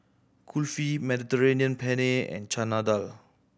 Kulfi Mediterranean Penne and Chana Dal